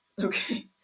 okay